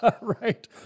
Right